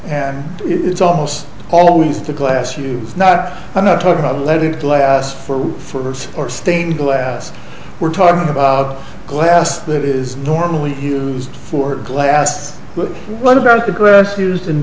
and it's almost always the glass you is not i'm not talking about a leaded glass for or stained glass we're talking about glass that is normally used for glass but what about the grass used in